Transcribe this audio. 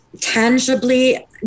tangibly